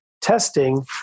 testing